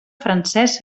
francesc